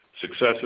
successes